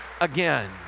again